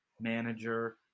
manager